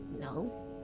no